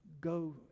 go